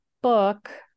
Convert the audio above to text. book